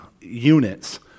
units